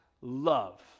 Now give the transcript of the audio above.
love